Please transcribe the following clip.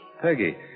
Peggy